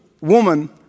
woman